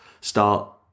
start